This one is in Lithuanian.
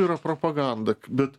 yra propaganda bet